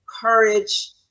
courage